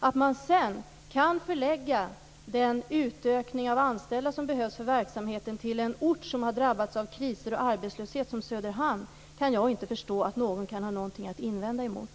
Att man sedan kan förlägga den utökning av anställda som behövs för verksamheten till en sådan ort som Söderhamn som har drabbats av kriser arbetslöshet kan jag inte förstå att någon kan ha någonting att invända emot.